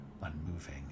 unmoving